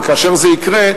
וכאשר זה יקרה,